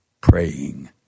praying